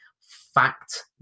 fact